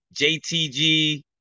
JTG